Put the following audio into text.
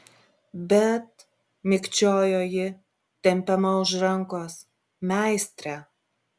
bet mikčiojo ji tempiama už rankos meistre